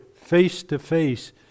face-to-face